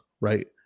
right